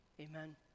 Amen